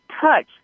touch